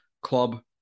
club